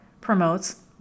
promotes